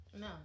No